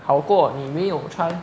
好过你没有 try